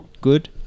Good